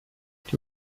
die